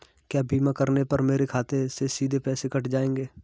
क्या बीमा करने पर मेरे खाते से सीधे पैसे कट जाएंगे?